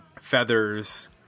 feathers